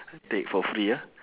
take for free ah